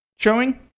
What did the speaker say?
Showing